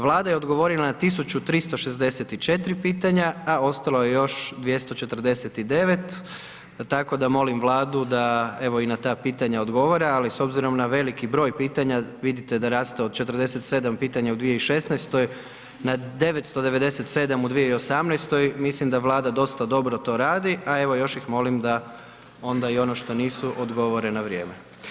Vlada je odgovorila na 1364 pitanja, a ostalo je još 249 tako da molim Vladu da evo i na ta pitanja odgovore, ali s obzirom na veliki broj pitanja vidite da raste od 47 pitanja u 2016. na 997 u 2018., mislim da Vlada dosta dobro to radi, a evo još ih molim da onda i ono što nisu da odgovore na vrijeme.